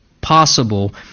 possible